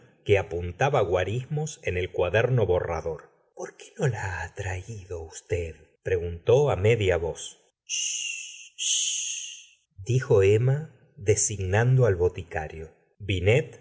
que apuntaba guarismos en el cuaderno borrador por qué no la ha traído usted preguntó media voz chist chist dijo emma designando al boticario binet